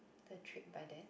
the trip by then